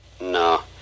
No